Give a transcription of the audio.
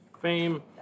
fame